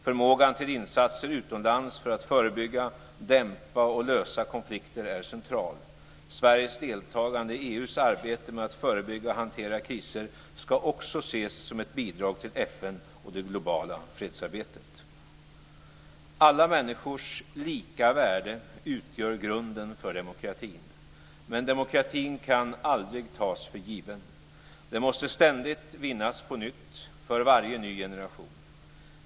Förmågan till insatser utomlands för att förebygga, dämpa och lösa konflikter är central. Sveriges deltagande i EU:s arbete med att förebygga och hantera kriser ska också ses som ett bidrag till FN och det globala fredsarbetet. Alla människors lika värde utgör grunden för demokratin. Men demokratin kan aldrig tas för given. Den måste ständigt vinnas på nytt, för varje ny generation.